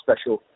special